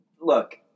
look